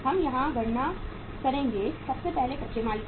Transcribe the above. हम यहां गणना करेंगे सबसे पहले कच्चे माल की